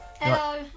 Hello